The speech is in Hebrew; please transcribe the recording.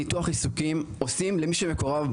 ניתוח עיסוקים עושים למי שמקורב.